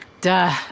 Duh